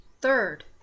third